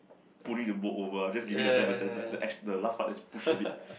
pulling the boat over ah just giving the ten percent like the X the last part just push a bit